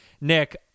Nick